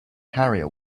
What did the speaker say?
carrier